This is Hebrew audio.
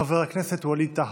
חבר הכנסת ווליד טאהא.